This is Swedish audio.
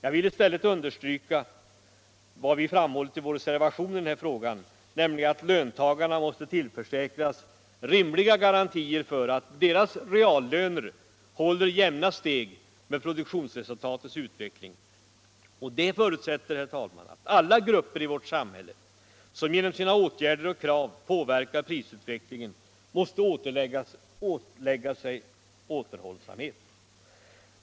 Jag vill i stället understryka vad vi framhållit i vår reservation i denna fråga, nämligen att löntagarna måste tillförsäkras rimliga garantier för att deras reallöner håller jämna steg med produktionsresultatets utveckling. Detta förutsätter att alla grupper i vårt samhälle, som genom sina åtgärder och krav påverkar prisutvecklingen, måste ålägga sig återhållsamhet.